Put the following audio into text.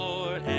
Lord